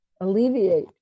alleviate